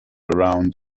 around